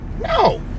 No